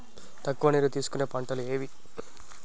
తక్కువ నీరు తీసుకునే పంటలు ఏవి?